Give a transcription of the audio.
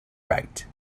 right